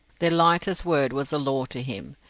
their lightest word was a law to him.